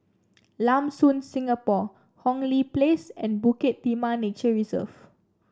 Lam Soon Singapore Hong Lee Place and Bukit Timah Nature Reserve